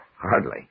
Hardly